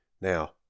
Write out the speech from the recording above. Now